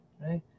right